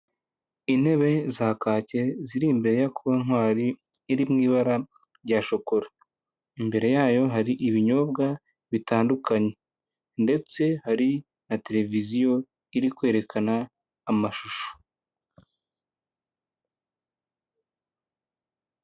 Intebe za kake ziri imbere ya kontwari iri mw'ibara rya shokora, imbere yayo hari ibinyobwa bitandukanye ndetse hari na televiziyo iri kwerekana amashusho.